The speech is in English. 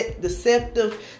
deceptive